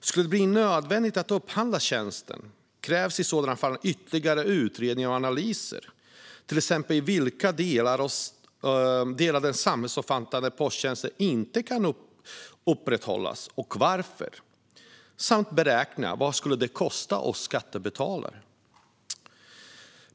Skulle det bli nödvändigt att upphandla tjänsten krävs i sådana fall ytterligare utredning och analyser, till exempel av vilka delar av den samhällsomfattande posttjänsten som inte kan upprätthållas och varför samt beräkningar av vad det skulle kosta oss skattebetalare.